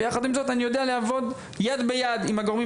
ויחד עם זאת אני יודע לעבוד יד ביד עם הגורמים